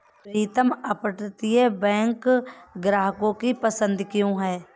प्रीतम अपतटीय बैंक ग्राहकों की पसंद क्यों है?